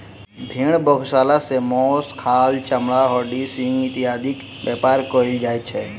भेंड़ बधशाला सॅ मौस, खाल, चमड़ा, हड्डी, सिंग इत्यादिक व्यापार कयल जाइत छै